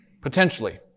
Potentially